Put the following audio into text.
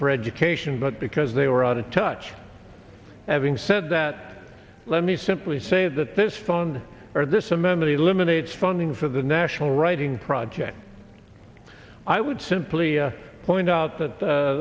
for education but because they were out of touch having said that let me simply say that this phone or this amenity eliminates funding for the national writing project i would simply point out that